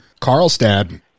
Carlstad